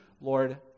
Lord